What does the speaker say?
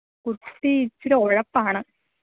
കുട്ടി ഇച്ചിരെ ഉഴപ്പാണ്